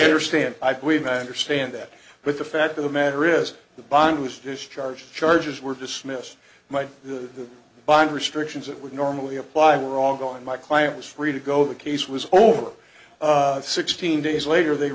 understand i believe i understand that but the fact of the matter is the bond was discharged charges were dismissed my bond restrictions that would normally apply were wrong on my client was free to go the case was over sixteen days later they